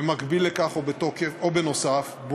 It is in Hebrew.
במקביל לכך או נוסף על כך,